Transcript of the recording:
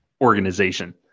organization